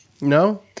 no